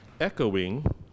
echoing